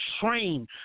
train